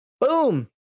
Boom